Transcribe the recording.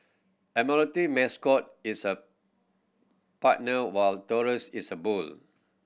admiralty mascot is a partner while Taurus is a bull